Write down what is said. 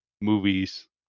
movies